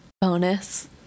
bonus